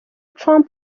trump